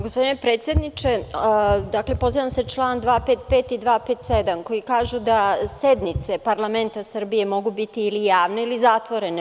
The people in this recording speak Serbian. Gospodine predsedniče, pozivam se na član 255. i 257. koji kažu da sednice parlamenta Srbije mogu biti ili javne ili zatvorene.